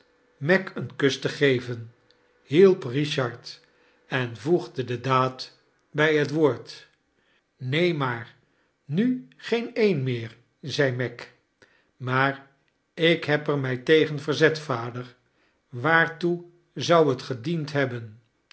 meg een kus te geven hielp richard en voegde de daad bij het woord neen maar nu geen een meer zei meg maar ik heb er mij tegen verzet vader waartoe zou het gediend hebben